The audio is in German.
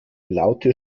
laute